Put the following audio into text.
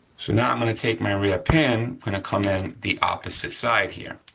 so, now i'm gonna take my rear pin, i'm gonna come in the opposite side here,